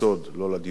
אין שום בסיס.